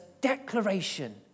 declaration